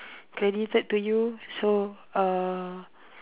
credited to you so uh